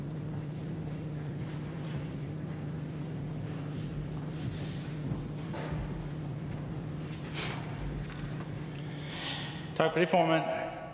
Tak for det, formand.